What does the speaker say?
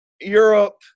Europe